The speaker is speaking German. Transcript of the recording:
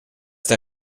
der